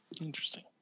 Interesting